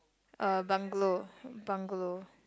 uh bungalow bungalow